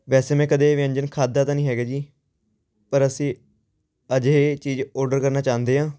ਵੈਸੇ ਮੈਂ ਕਦੇ ਇਹ ਵਿਅੰਜਨ ਖਾਦਾ ਤਾਂ ਨਹੀਂ ਹੈਗਾ ਜੀ ਪਰ ਅਸੀਂ ਅੱਜ ਇਹ ਚੀਜ਼ ਔਡਰ ਕਰਨਾ ਚਾਹੁੰਦੇ ਹਾਂ